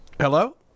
Hello